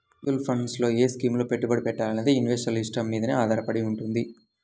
mutual funds లో ఏ స్కీముల్లో పెట్టుబడి పెట్టాలనేది ఇన్వెస్టర్ల ఇష్టం మీదనే ఆధారపడి వుంటది